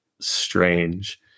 strange